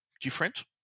different